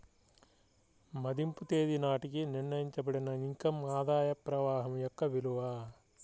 మదింపు తేదీ నాటికి నిర్ణయించబడిన ఇన్ కమ్ ఆదాయ ప్రవాహం యొక్క విలువ